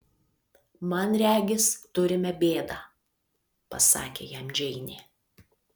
man regis turime bėdą pasakė jam džeinė